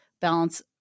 balance